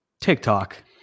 TikTok